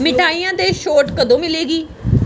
ਮਿਠਾਈਆਂ 'ਤੇ ਛੋਟ ਕਦੋਂ ਮਿਲੇਗੀ